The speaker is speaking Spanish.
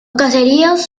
caseríos